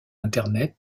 internet